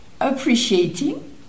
appreciating